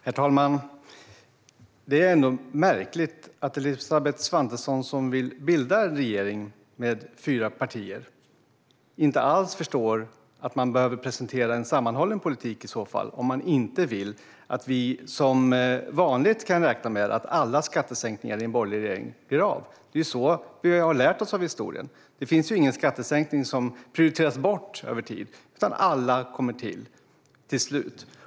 Herr talman! Det är märkligt att Elisabeth Svantesson, som vill bilda regering med fyra partier, inte alls förstår att man i så fall behöver presentera en sammanhållen politik - om man inte vill att vi som vanligt ska räkna med att alla skattesänkningar i en borgerlig regering blir av. Det är ju detta vi har lärt oss av historien: Det finns ingen skattesänkning som prioriteras bort över tid, utan alla kommer till slut.